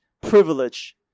privilege